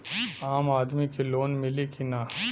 आम आदमी के लोन मिली कि ना?